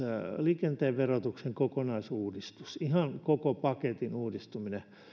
liikenteen verotuksen kokonaisuudistus ihan koko paketin uudistuminen